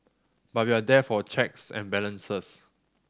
but we are there for checks and balances